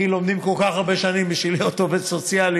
כי לומדים כל כך הרבה שנים בשביל להיות עובד סוציאלי,